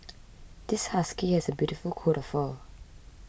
this husky has a beautiful coat of fur